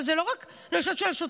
אבל זה לא רק נשות השוטרים,